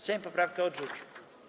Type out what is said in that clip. Sejm poprawkę odrzucił.